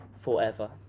forever